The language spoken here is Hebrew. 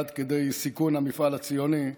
עד כדי סיכון המפעל הציוני,